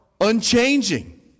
unchanging